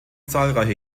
zahlreiche